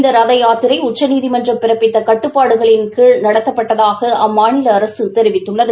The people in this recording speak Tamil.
இந்த ரத யாத்திரை உச்சநீதிமன்றம் பிறப்பித்த கட்டுப்பாடுகளின் நடத்தப்பட்டதாக அம்மாநில அரசு தெரிவித்துள்ளது